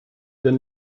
den